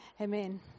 Amen